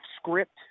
script